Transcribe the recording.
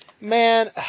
Man